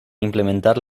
implementar